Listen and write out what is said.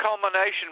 culmination